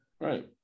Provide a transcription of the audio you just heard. Right